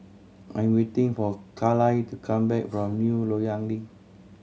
I'm waiting for Kyle to come back from New Loyang Link